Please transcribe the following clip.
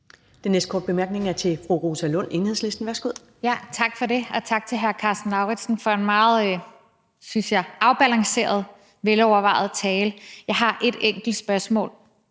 Den næste korte bemærkning er til fru Rosa Lund, Enhedslisten. Værsgo. Kl. 10:58 Rosa Lund (EL): Tak for det, og tak til hr. Karsten Lauritzen for en meget, synes jeg, afbalanceret og velovervejet tale. Jeg har et enkelt spørgsmål